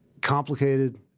complicated